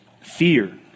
Fear